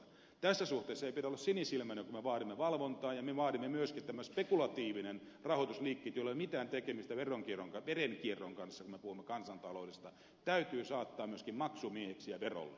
tässä suhteessa ei pidä olla sinisilmäinen kun me vaadimme valvontaa ja me vaadimme myöskin että nämä spekulatiiviset rahoitusliikkeet joilla ei ole mitään tekemistä verenkierron kanssa kun me puhumme kansantaloudesta täytyy saattaa myöskin maksumiehiksi ja verolle